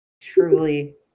Truly